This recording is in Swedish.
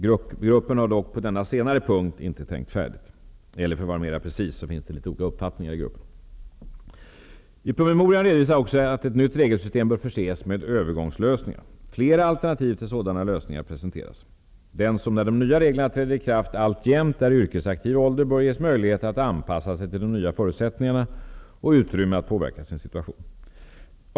Gruppen har dock inte tänkt färdigt på denna senare punkt. För att vara mer precis finns det olika uppfattningar i gruppen. I promemorian redovisas också att ett nytt regelsystem bör förses med övergångslösningar. Flera alternativ till sådana lösningar presenteras. Den som när de nya reglerna träder i kraft alltjämt är i yrkesaktiv ålder bör ges möjligheter att anpassa sig till de nya förutsättningarna och utrymme att påverka sin situation.